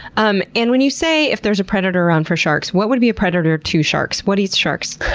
um and when you say if there's a predator around for sharks, what would be a predator to sharks? what eats sharks?